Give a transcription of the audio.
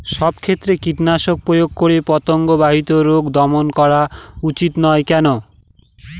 সব ক্ষেত্রে কীটনাশক প্রয়োগ করে পতঙ্গ বাহিত রোগ দমন করা উচিৎ নয় কেন?